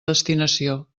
destinació